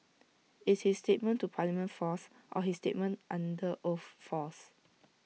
is his statement to parliament false or his statement under oath false